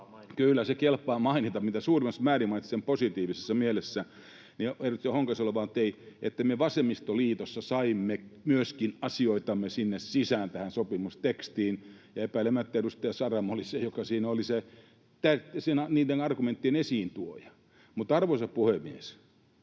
Kyllä se kelpaa mainita mitä suurimmassa määrin, mainitsen sen positiivisessa mielessä. — Edustaja Honkasalo vain toi esille, että me vasemmistoliitossa saimme myöskin asioitamme sisään tähän sopimustekstiin, ja epäilemättä edustaja Saramo oli se, joka siinä oli se niiden argumenttien esiintuoja. Mutta, arvoisa puhemies,